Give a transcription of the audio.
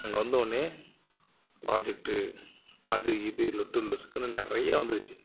அங்கே வந்தோடனே ப்ராஜெக்ட்டு அது இது லொட்டு லொசுக்குன்னு நிறைய வந்துருச்சு